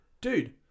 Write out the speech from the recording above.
dude